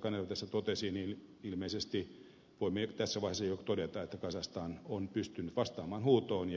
kanerva tässä totesi niin ilmeisesti voimme jo tässä vaiheessa todeta että kazakstan on pystynyt vastaamaan huutoon